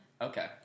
Okay